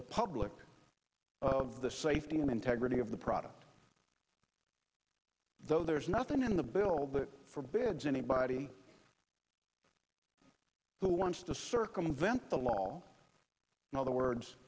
the public of the safety and integrity of the product though there is nothing in the bill that forbids anybody who wants to circumvent the law in other words